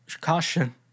caution